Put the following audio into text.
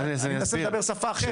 אני מנסה לדבר שפה אחרת.